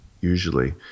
usually